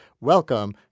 Welcome